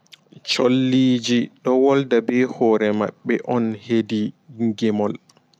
Cholliji ɗo wolda bee hoore maɓɓe on hedi gimol.